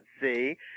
see